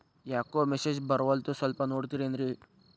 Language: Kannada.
ಯಾಕೊ ಮೆಸೇಜ್ ಬರ್ವಲ್ತು ಸ್ವಲ್ಪ ನೋಡ್ತಿರೇನ್ರಿ?